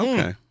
Okay